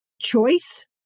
choice